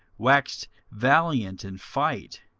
waxed valiant in fight,